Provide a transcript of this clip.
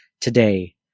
Today